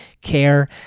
care